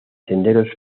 sendos